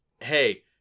hey